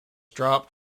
dropped